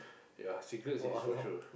yea cigarette is for sure